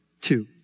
two